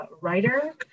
writer